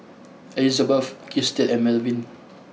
Elizabet Christian and Melvin